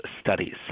studies